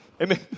Amen